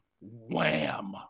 wham